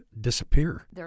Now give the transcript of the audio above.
disappear